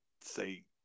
say